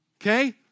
okay